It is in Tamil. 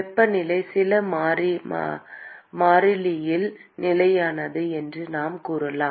வெப்பநிலை சில மாறிலியில் நிலையானது என்று நாம் கூறலாம்